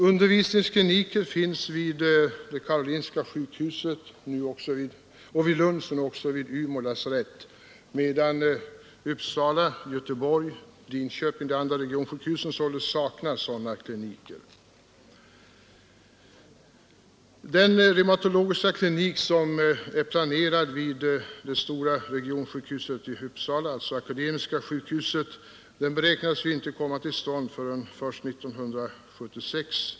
Undervisningskliniker finns vid Karolinska sjukhuset samt vid Lunds och Umeå lasarett, medan Uppsala, Göteborg och Linköping ännu saknar sådana kliniker. Den reumatologiska klinik som är planerad vid det stora regionsjukhuset i Uppsala — Akademiska sjukhuset — beräknas inte komma till stånd förrän 1976.